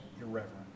irreverent